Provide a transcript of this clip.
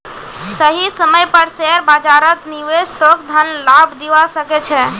सही समय पर शेयर बाजारत निवेश तोक धन लाभ दिवा सके छे